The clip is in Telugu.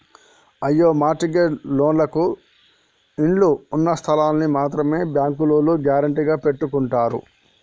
అయ్యో మార్ట్ గేజ్ లోన్లకు ఇళ్ళు ఉన్నస్థలాల్ని మాత్రమే బ్యాంకోల్లు గ్యారెంటీగా పెట్టుకుంటారు